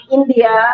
India